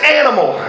animal